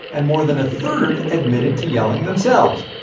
and more than a third admitted to yelling themselves.